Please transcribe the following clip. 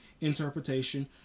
interpretation